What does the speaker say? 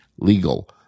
legal